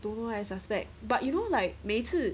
dont know leh I suspect but you know like 每次